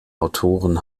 autoren